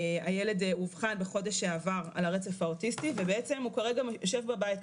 הילד אובחן בחודש שעבר על הרצף האוטיסטי ובעצם הוא כרגע יושב בבית,